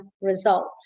results